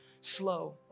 slow